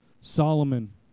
Solomon